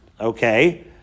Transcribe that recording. Okay